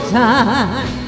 time